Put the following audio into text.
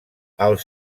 els